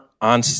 on